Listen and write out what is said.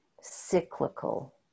cyclical